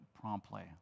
promptly